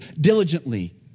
diligently